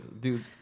Dude